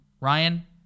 Ryan